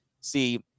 see